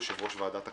יושב ראש הוועדה.